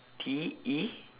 T E